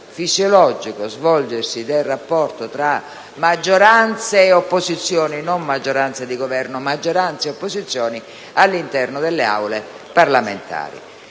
fisiologico svolgersi del rapporto tra maggioranze (non maggioranza di Governo) e opposizioni all'interno delle Aule parlamentari.